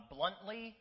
Bluntly